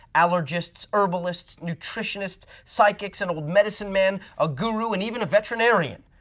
allergists, herbalists, nutritionists, psychics, an old medicine man, a guru and even a veterinarian.